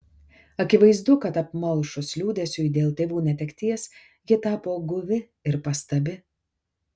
akivaizdu kad apmalšus liūdesiui dėl tėvų netekties ji tapo guvi ir pastabi